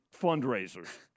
fundraisers